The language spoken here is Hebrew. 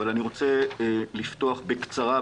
אבל אני רוצה לפתוח בקצרה,